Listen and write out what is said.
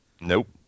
Nope